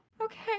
okay